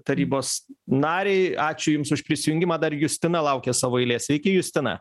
tarybos narei ačiū jums už prisijungimą dar justina laukia savo eilės sveiki justina